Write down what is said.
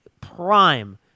prime